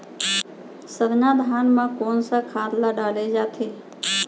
सरना धान म कोन सा खाद ला डाले जाथे?